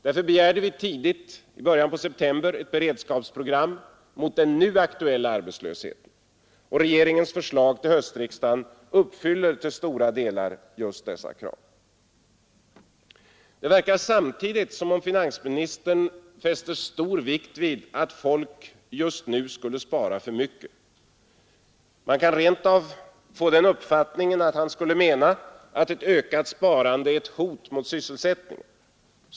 Därför begärde vi tidigt, i början av september, ett beredskapsprogram mot den nu hotande arbetslösheten. Regeringens förslag till höstriksdagen uppfyller till stora delar just dessa krav. Det verkar samtidigt som om finansministern tycker att folk just nu sparar för mycket. Man kan rent av få den uppfattningen att han skulle mena att ett ökat sparande är ett hot mot sysselsättningen.